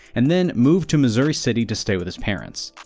and then moved to missouri city to stay with his parents.